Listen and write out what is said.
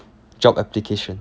job application